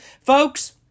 Folks